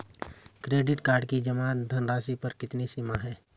Credit card की जमा धनराशि पर कितनी सीमा है?